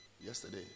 yesterday